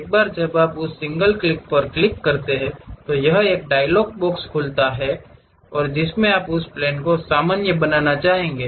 एक बार जब आप उस सिंगल क्लिक पर क्लिक करते हैं तो यह एक डायलॉग बॉक्स खोलता है जिसमें आप उस प्लेन को सामान्य बनाना चाहेंगे